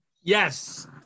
Yes